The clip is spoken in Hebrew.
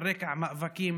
על רקע מאבקים